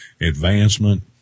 advancement